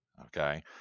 okay